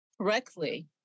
correctly